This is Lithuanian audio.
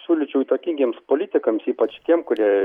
siūlyčiau įtakingiems politikams ypač tiem kurie